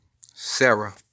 Sarah